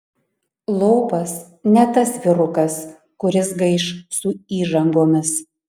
lopas ne tas vyrukas kuris gaiš su įžangomis